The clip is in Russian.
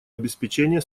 обеспечение